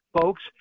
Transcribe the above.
folks